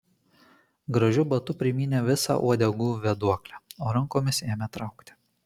gražiu batu primynė visą uodegų vėduoklę o rankomis ėmė traukti